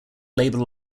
labor